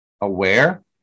aware